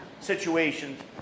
situations